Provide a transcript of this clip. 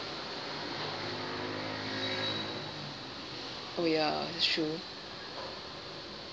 oh ya that's true